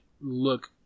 look